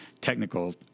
technical